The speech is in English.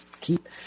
keep